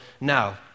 now